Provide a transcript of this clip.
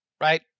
right